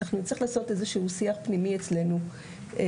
נצטרך לעשות אצלנו איזשהו שיח פנימי כדי